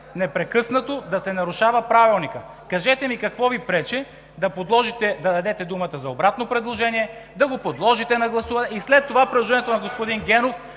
непрекъснато да се нарушава Правилникът. Кажете ми какво Ви пречи да дадете думата за обратно предложение, да го подложите на гласуване и след това предложението на господин Генов